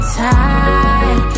time